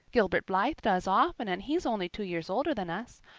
gilbert blythe does often and he's only two years older than us.